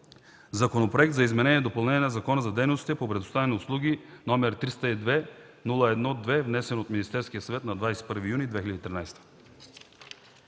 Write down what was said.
Законопроект за изменение и допълнение на Закона за дейностите по предоставяне на услуги, № 302-01-2, внесен от Министерския съвет на 21 юни 2013